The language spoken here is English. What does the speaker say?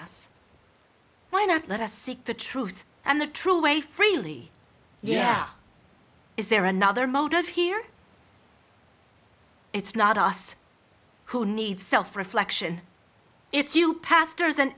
us why not let us seek the truth and the true way freely yeah is there another motive here it's not us who needs self reflection it's you pastors and